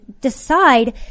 decide